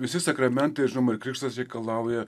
visi sakramentai žinoma ir krikštas reikalauja